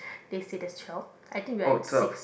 they say there's twelve I think we are at six